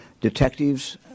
detectives